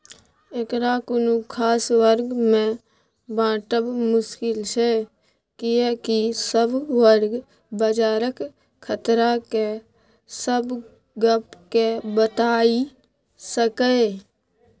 एकरा कुनु खास वर्ग में बाँटब मुश्किल छै कियेकी सब वर्ग बजारक खतरा के सब गप के बताई सकेए